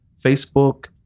Facebook